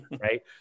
Right